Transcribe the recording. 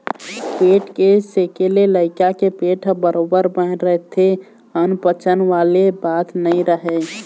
पेट के सेके ले लइका के पेट ह बरोबर बने रहिथे अनपचन वाले बाते नइ राहय